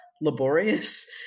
laborious